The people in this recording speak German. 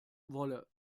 wolle